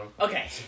okay